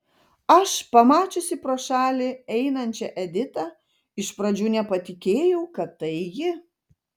aš pamačiusi pro šalį einančią editą iš pradžių nepatikėjau kad tai ji